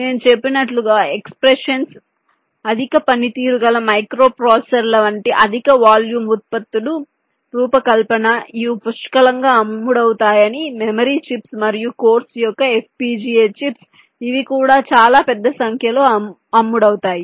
నేను చెప్పినట్లుగా ఎక్ససెప్షన్స్ అధిక పనితీరు గల మైక్రోప్రాసెసర్ల వంటి అధిక వాల్యూమ్ ఉత్పత్తుల రూపకల్పన ఇవి పుష్కలంగా అమ్ముడవుతాయని మెమరీ చిప్స్ మరియు కోర్సు యొక్క FPGA చిప్స్ ఇవి కూడా చాలా పెద్ద సంఖ్యలో అమ్ముడవుతాయి